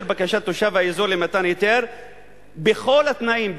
בקשת תושב האזור למתן היתר בכל התנאים,